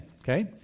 okay